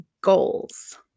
goals